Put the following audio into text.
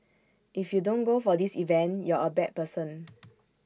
if you don't go for this event you're A bad person